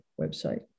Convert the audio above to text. website